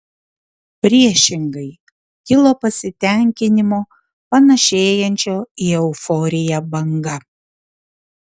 priešingai kilo pasitenkinimo panašėjančio į euforiją banga